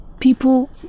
people